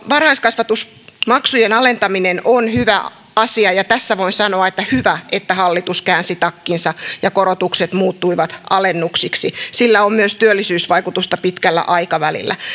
varhaiskasvatusmaksujen alentaminen on hyvä asia ja tässä voin sanoa että hyvä että hallitus käänsi takkinsa ja korotukset muuttuivat alennuksiksi sillä on myös työllisyysvaikutusta pitkällä aikavälillä